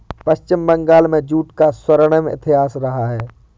पश्चिम बंगाल में जूट का स्वर्णिम इतिहास रहा है